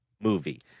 movie